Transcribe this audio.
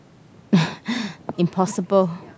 impossible